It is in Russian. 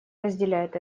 разделяет